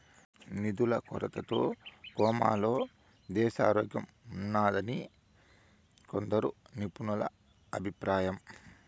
నిధుల కొరతతో కోమాలో దేశారోగ్యంఉన్నాదని కొందరు నిపుణుల అభిప్రాయం